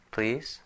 Please